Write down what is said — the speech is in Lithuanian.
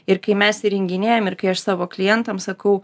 ir kai mes įrenginėjam ir kai aš savo klientam sakau